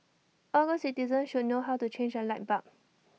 all good citizens should know how to change A light bulb